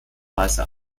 weiße